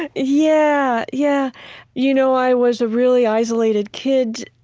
and yeah. yeah you know i was a really isolated kid,